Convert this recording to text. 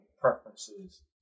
preferences